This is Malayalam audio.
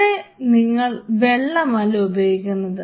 ഇവിടെ നിങ്ങൾ വെള്ളമല്ല ഉപയോഗിക്കുന്നത്